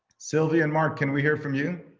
silvia and marc, can we hear from you?